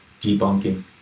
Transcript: debunking